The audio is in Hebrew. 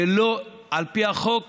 ועל פי החוק